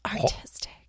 Artistic